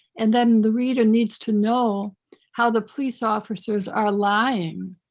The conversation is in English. and then the reader needs to know how the police officers are lying.